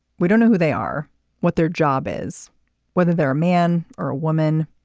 we don't know who they are what their job is whether they're a man or a woman.